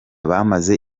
bamaze